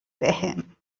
بهم